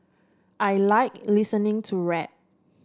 I like listening to rap